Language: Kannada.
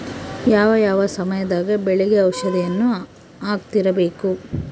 ಯಾವ ಯಾವ ಸಮಯದಾಗ ಬೆಳೆಗೆ ಔಷಧಿಯನ್ನು ಹಾಕ್ತಿರಬೇಕು?